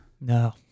no